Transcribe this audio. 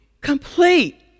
complete